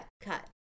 Cut